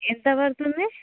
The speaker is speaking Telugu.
ఎంత పడుతుంది